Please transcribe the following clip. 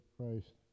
Christ